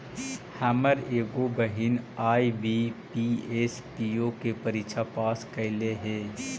हमर एगो बहिन आई.बी.पी.एस, पी.ओ के परीक्षा पास कयलइ हे